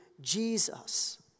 Jesus